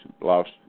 lost